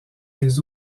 les